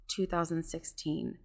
2016